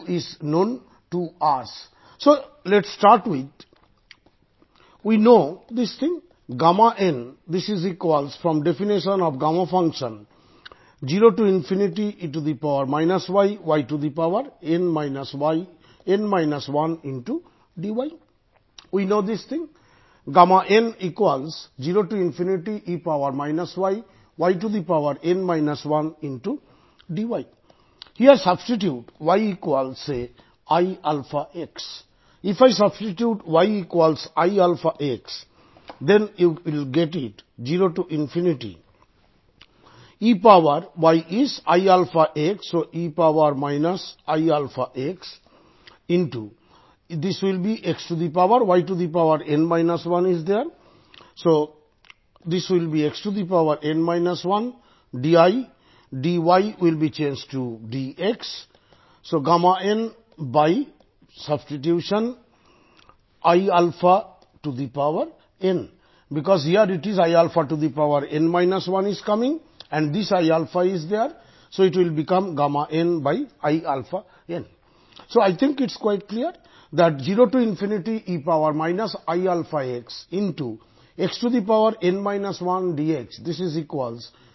இப்பொழுது நாம் cos x மற்றும் sin x என்ற வடிவில் எழுத முடியும்படி ஏற்கனவே மதிப்புகள் தெரிந்த சில எக்ஸ்பொனெண்ஷியல் ஃபங்க்ஷன்களை வரையறையில் இருந்து ஆரம்பிக்கலாம்